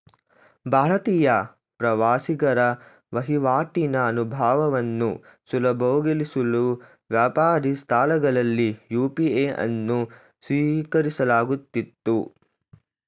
ಭಾರತೀಯ ಪ್ರವಾಸಿಗರ ವಹಿವಾಟಿನ ಅನುಭವವನ್ನು ಸುಲಭಗೊಳಿಸಲು ವ್ಯಾಪಾರಿ ಸ್ಥಳಗಳಲ್ಲಿ ಯು.ಪಿ.ಐ ಅನ್ನು ಸ್ವೀಕರಿಸಲಾಗುತ್ತಿತ್ತು